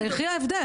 יחי ההבדל.